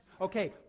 Okay